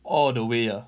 all the way ah